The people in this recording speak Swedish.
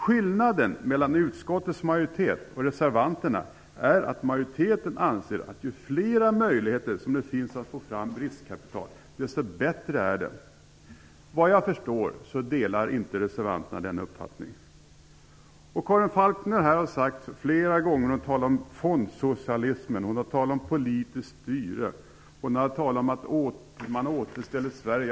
Skillnaden mellan utskottets majoritet och reservanterna är att majoriteten anser att ju fler möjligheter som finns att få fram riskkapital, desto bättre är det. Vad jag förstår delar inte reservanterna denna uppfattning. Karin Falkmer talar om fondsocialismen, politisk styre och om ett återställande av Sverige.